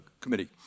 committee